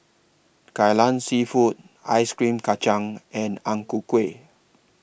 Kai Lan Seafood Ice Cream Kachang and Ang Ku Kueh